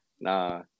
Nah